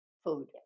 Food